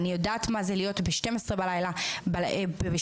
אני יודעת מה זה להיות בחצות הלילה בתחנה